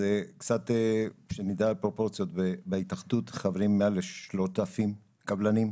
אז קצת שנדע על פרופורציות: בהתאחדות חברים מעל ל-3,000 קבלנים.